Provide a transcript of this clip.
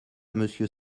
monsieur